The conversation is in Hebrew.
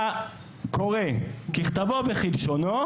היה קורה ככתבו וכלשונו